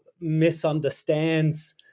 misunderstands